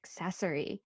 Accessory